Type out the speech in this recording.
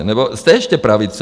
Nebo jste ještě pravice?